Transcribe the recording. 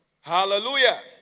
Hallelujah